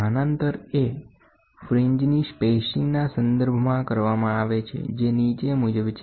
સ્થાનાંતર a ફ્રીન્જની spacing ના સંદર્ભમાં કરવામાં આવે છે જે નીચે મુજબ છે